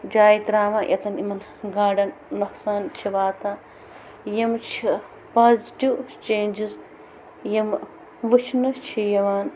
جایہِ تراوان ییٚتیَن یِمَن گاڈن نۄقصان چھِ واتان یِم چھ پازِٹیو چینجٕس یم وُچھنہٕ چھِ یِوان